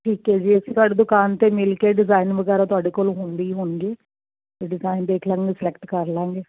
ਠੀਕ ਐ ਜੀ ਅਸੀਂ ਤੁਹਾਡੀ ਦੁਕਾਨ ਤੇ ਮਿਲ ਕੇ ਡਿਜ਼ਾਇਨ ਵਗੈਰਾ ਤੁਹਾਡੇ ਕੋਲ ਹੁੰਦੀ ਹੋਣਗੇ ਤ੍ਡਿ ਜ਼ਾਇਨ ਦੇਖ ਲਾਂਗੇ ਸਲੈਕਟ ਕਰ ਲਾਂਗੇ